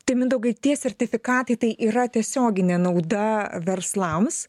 tai mindaugai tie sertifikatai tai yra tiesioginė nauda verslams